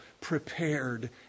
prepared